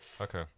Okay